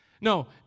No